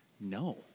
no